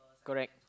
correct